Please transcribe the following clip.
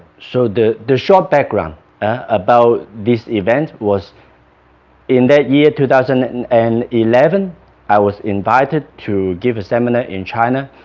so the the short background about this event was in that year two thousand and and eleven i was invited to give a seminar in china,